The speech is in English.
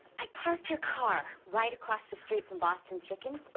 i parked your car right across the street from boston chicken.